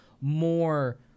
more